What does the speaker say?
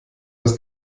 das